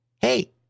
Hey